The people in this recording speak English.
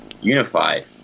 unified